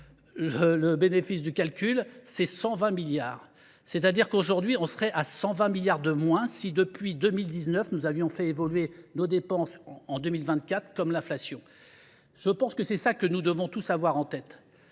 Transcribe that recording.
le bénéfice du calcul, c'est 120 milliards. C'est-à-dire qu'aujourd'hui on serait à 120 milliards de moins si depuis 2019 nous avions fait évoluer nos dépenses en 2024 comme l'inflation. Je pense que c'est ça que nous devons tous avoir en tête.